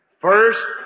First